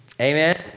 Amen